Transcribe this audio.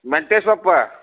ಮೆಂತೆಸೊಪ್ಪು